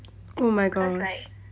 oh my gosh